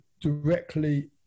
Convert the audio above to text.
directly